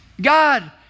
God